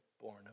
born